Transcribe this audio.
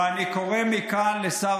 ואני קורא מכאן לשר